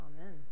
Amen